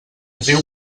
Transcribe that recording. riu